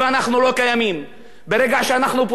ברגע שאנחנו פונים לתקשורת, אומרים: זה לא מעניין.